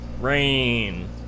Rain